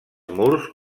murs